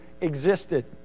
existed